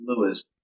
Lewis